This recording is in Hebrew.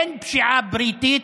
אין פשיעה בריטית,